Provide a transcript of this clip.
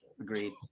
Agreed